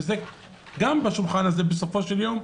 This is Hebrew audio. וזה גם בשולחן הזה בסופו של יום.